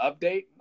update